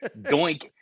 doink